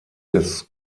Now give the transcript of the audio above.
des